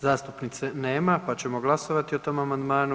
Zastupnice nema pa ćemo glasovati o tom amandmanu.